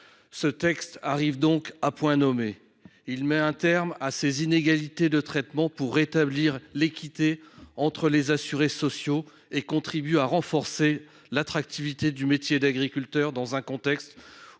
Ce texte arrive à point nommé. Il met un terme aux inégalités de traitement existantes, pour rétablir l’équité entre les assurés sociaux. Il contribue à renforcer l’attractivité du métier d’agriculteur, dans un contexte